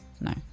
no